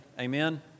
Amen